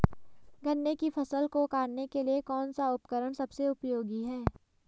गन्ने की फसल को काटने के लिए कौन सा उपकरण सबसे उपयोगी है?